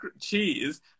cheese